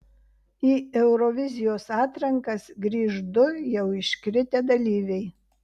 į eurovizijos atrankas grįš du jau iškritę dalyviai